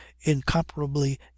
incomparably